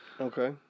Okay